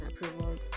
approvals